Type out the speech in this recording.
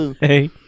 Hey